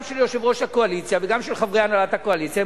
גם יושב-ראש הקואליציה וגם חברי הנהלת הקואליציה,